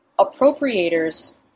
appropriators